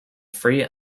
free